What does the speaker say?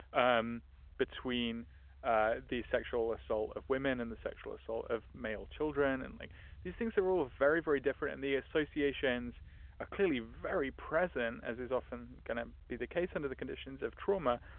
um between ah the sexual assault of women and the sexual assault of male children. and like these things are all very, very different. and the associations are ah clearly very present. as is often going to be the case under the conditions of trauma.